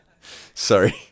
Sorry